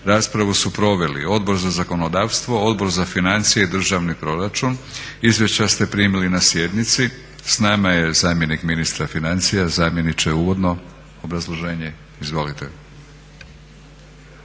Raspravu su proveli Odbor za zakonodavstvo, Odbor za financije i državni proračun. Izvješća ste primili na sjednici. S nama je zamjenik ministra financija. Zamjeniče uvodno obrazloženje, izvolite.